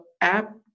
app